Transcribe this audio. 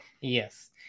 Yes